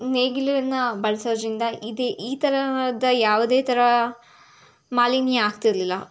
ನೇಗಿಲುಯನ್ನ ಬಳಸೋದ್ರಿಂದ ಇದೇ ಈ ಥರವಾದ ಯಾವುದೇ ಥರ ಮಾಲಿನ್ಯ ಆಗ್ತಿರಲಿಲ್ಲ